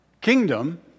kingdom